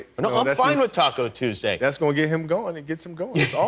and i'm and fine with taco tuesday. that's going to get him going, it gets him going. it's awesome.